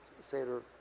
Seder